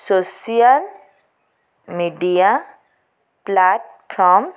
social media platform